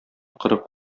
кырык